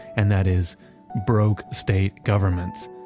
and that is broke state governments.